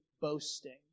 boasting